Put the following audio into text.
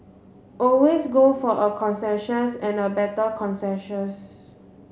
always go for a consensus and a better consensus